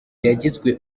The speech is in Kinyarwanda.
yagizwe